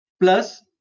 plus